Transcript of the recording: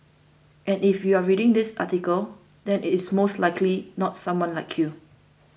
and if you are reading this article then it is most likely not someone like you